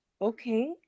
okay